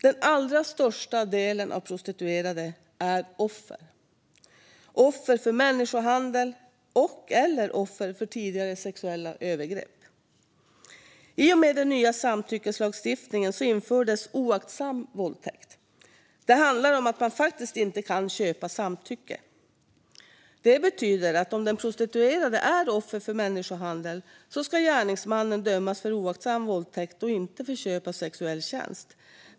Den allra största delen av prostituerade är offer - offer för människohandel och/eller offer för tidigare sexuella övergrepp. I och med den nya samtyckeslagstiftningen infördes oaktsam våldtäkt. Det handlar om att man faktiskt inte kan köpa samtycke. Det betyder att om den prostituerade är offer för människohandel ska gärningsmannen dömas för oaktsam våldtäkt och inte för köp av sexuell tjänst.